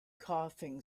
coughing